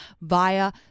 via